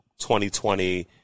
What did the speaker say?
2020